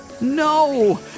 No